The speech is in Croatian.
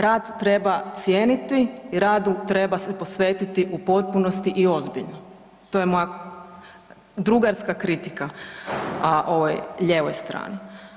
Rad treba cijeniti i radu treba se posvetiti u potpunosti i ozbiljno, to je moja drugarska kritika, a ovoj lijevoj strani.